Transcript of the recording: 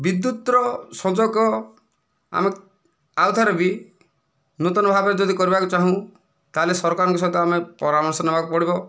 ବିଦ୍ୟୁତର ସଂଯୋଗ ଆମେ ଆଉ ଥରେ ବି ନୂତନଭାବେ ଯଦି କରିବାକୁ ଚାହୁଁ ତା'ହେଲେ ସରକାରଙ୍କ ସହିତ ଆମେ ପରାମର୍ଶ ନେବାକୁ ପଡ଼ିବ